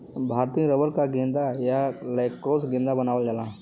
भारतीय रबर क गेंदा या लैक्रोस गेंदा बनावल जाला